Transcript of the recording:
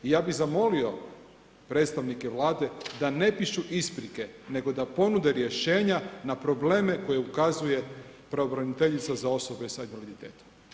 Ja bih zamolio predstavnike Vlade da ne pišu isprike nego da ponude rješenja na probleme koje ukazuje Pravobraniteljica za osobe sa invaliditetom.